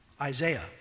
Isaiah